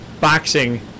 Boxing